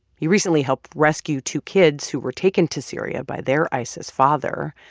he recently helped rescue two kids who were taken to syria by their isis father.